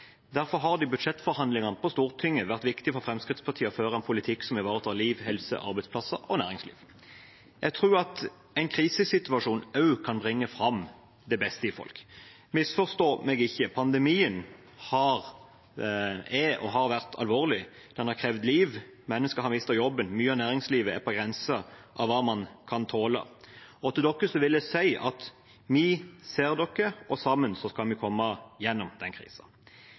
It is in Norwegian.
Derfor har det i budsjettforhandlingene på Stortinget vært viktig for Fremskrittspartiet å føre en politikk som ivaretar liv, helse, arbeidsplasser og næringsliv. Jeg tror at en krisesituasjon også kan bringe fram det beste i folk. Misforstå meg ikke: Pandemien er og har vært alvorlig. Den har krevd liv, mennesker har mistet jobben, mye av næringslivet er på grensen av hva man kan tåle. Og til dere vil jeg si at vi ser dere, og sammen skal vi komme gjennom